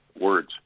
words